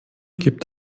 gibt